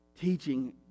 teaching